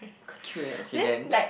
cute eh okay then